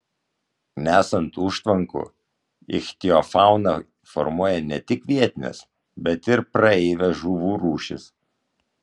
nesant užtvankų ichtiofauną formuoja ne tik vietinės bet ir praeivės žuvų rūšys